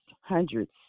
hundreds